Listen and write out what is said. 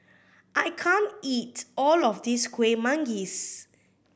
I can't eat all of this Kueh Manggis